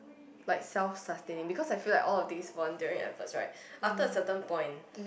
like self sustaining because I feel like all of these volunteering efforts right after a certain point